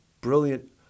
brilliant